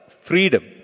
freedom